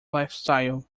lifestyle